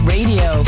Radio